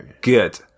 Good